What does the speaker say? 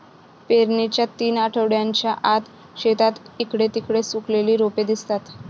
पेरणीच्या तीन आठवड्यांच्या आत, शेतात इकडे तिकडे सुकलेली रोपे दिसतात